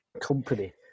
company